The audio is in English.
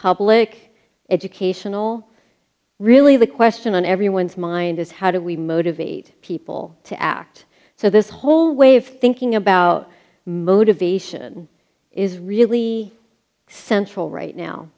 public educational really the question on everyone's mind is how do we motivate people to act so this whole way of thinking about motivation is really central right now